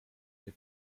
nie